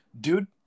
Dude